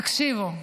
תקשיבו,